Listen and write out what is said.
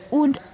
und